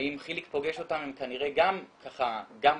ואם חיליק פוגש אותם הם כנראה גם ככה, גם